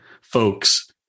folks